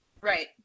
Right